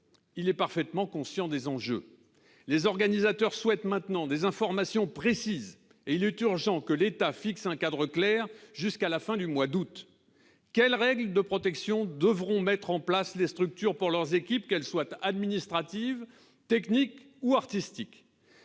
Il est parfaitement conscient des enjeux. Les organisateurs souhaitent maintenant des informations précises : il est urgent que l'État fixe un cadre clair, pour la période courant jusqu'à la fin du mois d'août. Quelles règles de protection les structures devront-elles mettre en place pour leurs équipes, qu'elles soient administratives, techniques ou artistiques ?